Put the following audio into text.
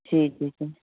जी जी जी